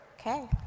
Okay